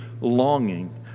longing